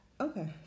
okay